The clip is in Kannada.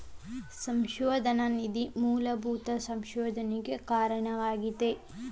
ಸಂಶೋಧನಾ ನಿಧಿ ಮೂಲಭೂತ ಸಂಶೋಧನೆಯಾಗ ಧನಸಹಾಯ ನಮಗ ಆರ್ಥಿಕತೆಯನ್ನ ಬಲಪಡಿಸಕ ಸಹಾಯ ಮಾಡ್ತದ